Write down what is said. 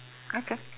okay